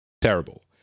terrible